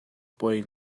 poi